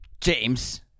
James